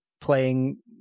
playing